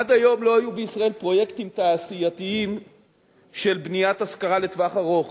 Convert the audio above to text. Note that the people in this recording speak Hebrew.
עד היום לא היו בישראל פרויקטים תעשייתיים של בניית השכרה לטווח ארוך.